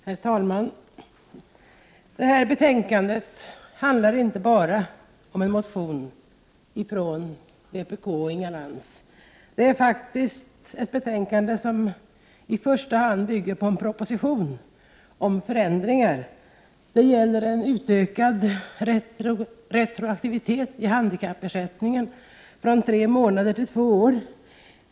Herr talman! Det här betänkandet handlar inte bara om en vpk-motion väckt av Inga Lantz. Det är faktiskt ett betänkande som i första hand bygger på en proposition med förslag till förändringar. Det gäller en utökning av retroaktiviteten i handikappersättningen från tre månader till två år.